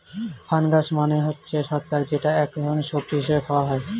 fungus মানে হচ্ছে ছত্রাক যেটা এক ধরনের সবজি হিসেবে খাওয়া হয়